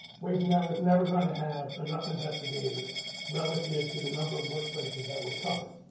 wage and hours never going to have enough investigators relative to the number of workplaces that we cover.